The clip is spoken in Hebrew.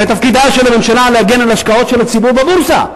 הרי תפקידה של הממשלה להגן על השקעות של הציבור בבורסה.